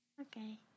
Okay